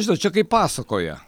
žinot čia kaip pasakoje